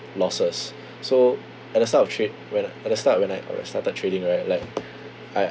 losses so at the start of trade when at the start when I when I started trading right like I